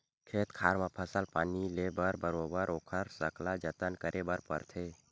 खेत खार म फसल पानी ले बर बरोबर ओखर सकला जतन करे बर परथे